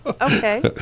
Okay